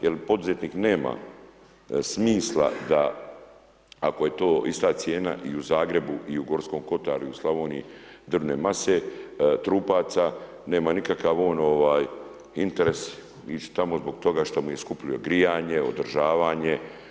Jer poduzetnik nema smisla da ako je to ista cijena i u Zagrebu i u Gorskom kotaru i u Slavoniji drvne mase, trupaca, nema nikakav on interes ići tamo zbog toga što mu je skuplje grijanje, održavanje.